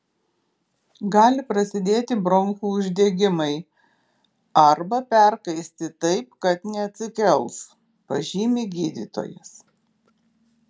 gali prasidėti bronchų uždegimai arba perkaisti taip kad neatsikels pažymi gydytojas